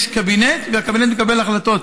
יש קבינט, והקבינט מקבל החלטות.